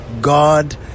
god